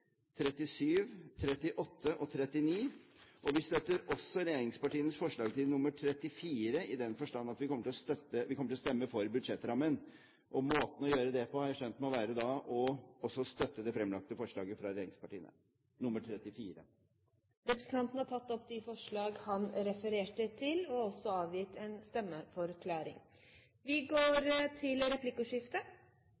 37, 38 og 39. Vi støtter også regjeringspartienes forslag, forslag nr. 34, i den forstand at vi kommer til å stemme for budsjettrammen. Måten å gjøre det på har jeg skjønt må være å støtte det fremlagte forslaget fra regjeringspartiene, altså forslag nr. 34. Representanten Olemic Thommessen har tatt opp de forslagene han refererte til. Han har også avgitt en